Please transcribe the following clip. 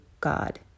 God